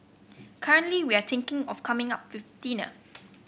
currently we are thinking of coming up with dinner